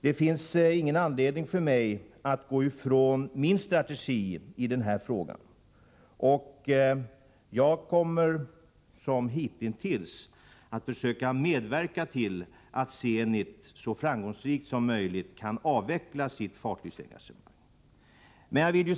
Det finns ingen anledning för mig att gå ifrån min strategi i denna fråga. Jag kommer som hittills att försöka medverka till att Zenit så framgångsrikt som möjligt kan avveckla sitt fartygsengagemang.